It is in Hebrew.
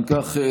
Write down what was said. אם כך,